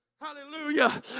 hallelujah